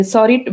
Sorry